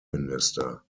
minister